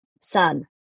son